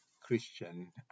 Christian